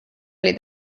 oli